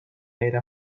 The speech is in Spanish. era